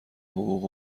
حقوق